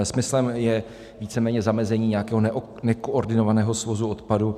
Smyslem je víceméně zamezení nějakého nekoordinovaného svozu odpadů.